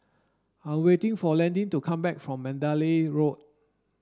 I'm waiting for Landin to come back from Mandalay Road